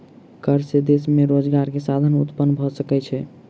कर से देश में रोजगार के साधन उत्पन्न भ सकै छै